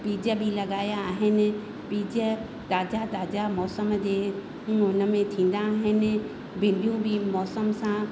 पीज बि लॻाया आहिनि पीज ताज़ा ताज़ा मौसम जे उनमें थींदा आहिनि भींडियूं बि मौसम सां